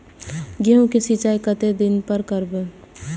गेहूं का सीचाई कतेक दिन पर करबे?